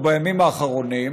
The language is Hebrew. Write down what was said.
או מהימים האחרונים,